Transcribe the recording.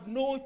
no